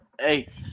hey